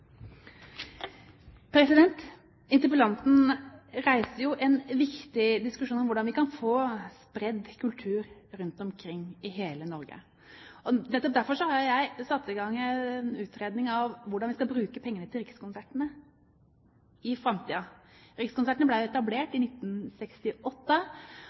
Interpellanten reiser en viktig diskusjon om hvordan vi kan få spredt kultur rundt omkring i hele Norge. Nettopp derfor har jeg satt i gang en utredning av hvordan vi skal bruke pengene til Rikskonsertene i framtiden. Rikskonsertene ble etablert